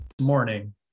Morning